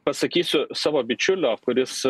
pasakysiu savo bičiulio kuris